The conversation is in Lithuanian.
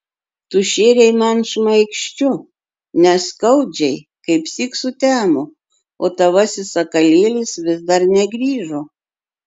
tu šėrei man šmaikščiu neskaudžiai kaipsyk sutemo o tavasis sakalėlis vis dar negrįžo